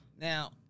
Now